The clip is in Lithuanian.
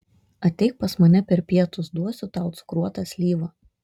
ateik pas mane per pietus duosiu tau cukruotą slyvą